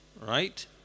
right